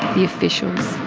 the officials,